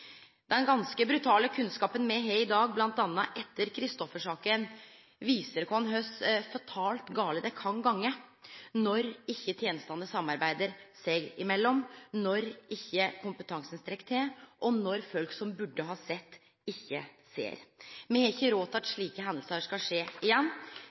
Den ganske brutale kunnskapen me har i dag, m.a. etter Christoffer-saka, viser oss kor fatalt gale det kan gå når tenestene ikkje samarbeider seg imellom, når ikkje kompetansen strekk til, og når folk som burde ha sett, ikkje ser. Me har ikkje råd til at slike hendingar skal skje igjen.